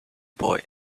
boy